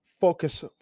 focus